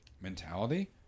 mentality